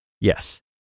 Yes